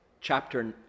chapter